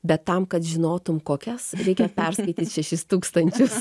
bet tam kad žinotum kokias reikia perskaityt šešis tūkstančius